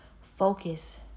focus